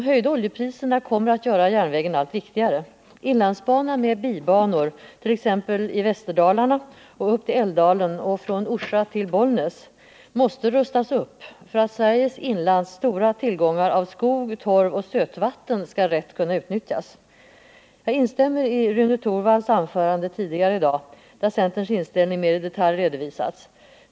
De höjda oljepriserna kommer att göra järnvägen allt viktigare. Inlandsbanan med bibanor, t.ex. i Västerdalarna och upp till Älvdalen och från Orsa till Bollnäs, måste rustas upp för att Sveriges inlands stora tillgångar av skog, torv och sötvatten skall rätt kunna utnyttjas. Jag instämmer i Rune Torwalds anförande tidigare i dag, där centerns inställning meri detalj redovisats.